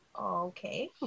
Okay